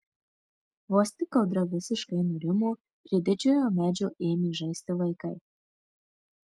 vos tik audra visiškai nurimo prie didžiojo medžio ėmė žaisti vaikai